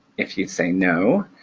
if you'd say no,